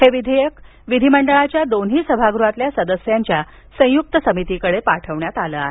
हे विधेयक विधिमंडळाच्या दोन्ही सभागृहातील सदस्यांच्या संयुक्त समितीकडे पाठवण्यात आलं आहे